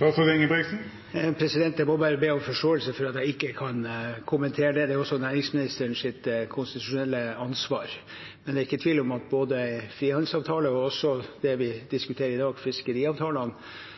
Jeg må bare be om forståelse for at jeg ikke kan kommentere det. Det er næringsministerens konstitusjonelle ansvar. Men det er ikke tvil om at både når det gjelder frihandelsavtale og det vi diskuterer i dag, fiskeriavtalene,